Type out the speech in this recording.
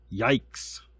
Yikes